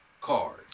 card